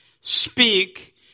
speak